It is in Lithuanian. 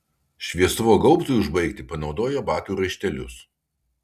šviestuvo gaubtui užbaigti panaudojo batų raištelius